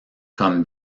comme